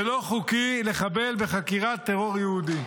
זה לא חוקי לחבל בחקירת טרור יהודי,